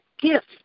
gift